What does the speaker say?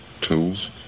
tools